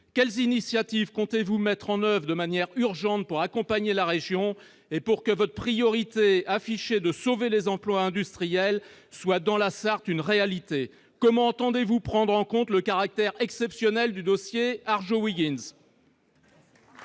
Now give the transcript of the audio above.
Quelles initiatives comptez-vous mettre en oeuvre, de manière urgente, pour accompagner la région, et pour que votre priorité affichée- sauver les emplois industriels -soit une réalité dans la Sarthe ? Comment entendez-vous prendre en compte le caractère exceptionnel du dossier Arjowiggins ?